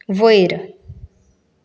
वयर